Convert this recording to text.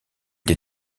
des